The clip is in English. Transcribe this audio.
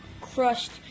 crushed